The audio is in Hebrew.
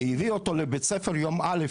והביא אותו לבית-ספר יום א',